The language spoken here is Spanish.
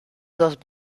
dos